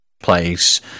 place